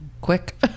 quick